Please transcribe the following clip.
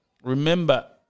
Remember